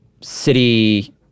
City